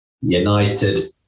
United